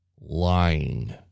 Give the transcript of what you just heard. lying